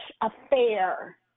affair